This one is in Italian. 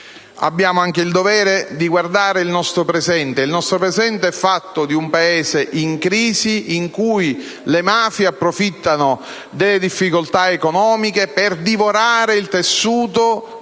Abbiamo anche il dovere di guardare il nostro presente, che è fatto di un Paese in crisi, in cui le mafie approfittano delle difficoltà economiche per divorare il tessuto delle